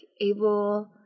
able